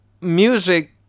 music